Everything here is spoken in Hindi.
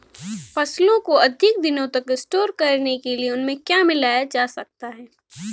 फसलों को अधिक दिनों तक स्टोर करने के लिए उनमें क्या मिलाया जा सकता है?